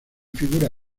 figura